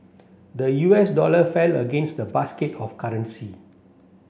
the U S dollar fell against the basket of currency